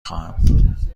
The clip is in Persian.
خواهم